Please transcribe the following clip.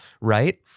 Right